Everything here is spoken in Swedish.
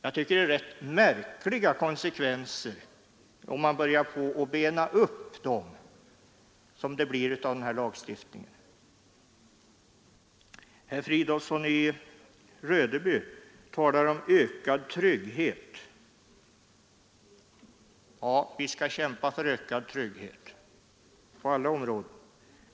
Om vi benar upp bestämmelserna i det här lagförslaget finner vi att konsekvenserna blir rätt märkliga. Herr Fridolfsson i Rödeby talar om ökad trygghet. Ja, vi skall kämpa för ökad trygghet på alla områden.